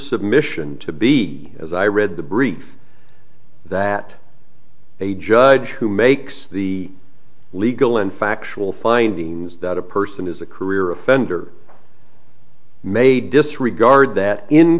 submission to be as i read the brief that a judge who makes the legal and factual findings that a person is a career offender may disregard that in